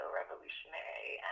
revolutionary